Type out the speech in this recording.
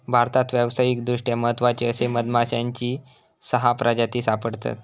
भारतात व्यावसायिकदृष्ट्या महत्त्वाचे असे मधमाश्यांची सहा प्रजाती सापडतत